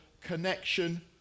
connection